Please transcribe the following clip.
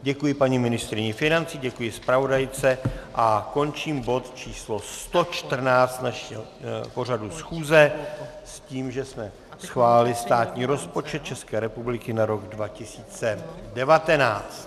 Děkuji paní ministryni financí, děkuji zpravodajce a končím bod č. 114 našeho pořadu schůze s tím, že jsme schválili státní rozpočet České republiky na rok 2019.